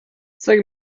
zeige